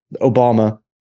Obama